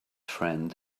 friend